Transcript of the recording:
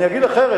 אני אגיד אחרת.